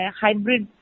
hybrid